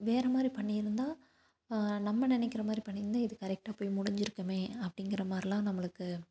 வேறு மாதிரி பண்ணிருந்தால் நம்ம நினக்கிற மாதிரி பண்ணிருந்தால் இது கரெக்டா போய் முடிஞ்சுருக்குமே அப்படிங்கிற மாதிரிலாம் நம்மளுக்கு